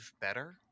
better